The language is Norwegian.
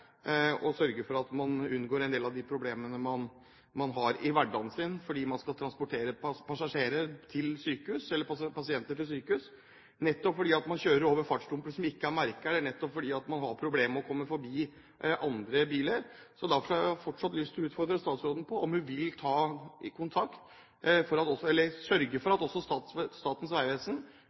å sørge for at de unngår en del av de problemene de har i hverdagen sin når de skal transportere pasienter til sykehus, som å kjøre over fartsdumper som ikke er merket, eller å komme forbi andre biler. Derfor har jeg fortsatt lyst til å utfordre statsråden på om hun vil sørge for at Statens vegvesen